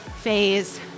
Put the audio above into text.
phase